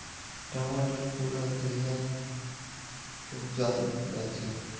टमाटर पुरा दुनियात उपजाल जाछेक